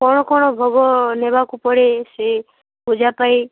କ'ଣ କ'ଣ ଭୋଗ ନେବାକୁ ପଡ଼େ ସେ ପୂଜା ପାଇଁ